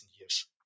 years